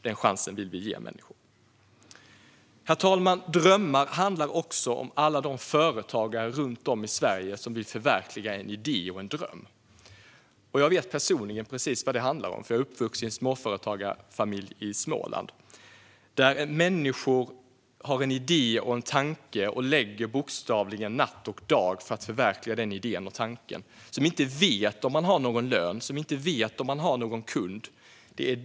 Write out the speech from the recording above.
Denna chans vill vi ge människor. Herr talman! Drömmar handlar också om alla de företagare runt om i Sverige som vill förverkliga en idé och en dröm. Jag vet personligen precis vad det handlar om, eftersom jag är uppvuxen i en småföretagarfamilj i Småland. Det är människor som har en idé och en tanke och bokstavligen lägger natt och dag på att förverkliga denna idé och denna tanke. De vet inte om de kommer att ha någon lön eller någon kund.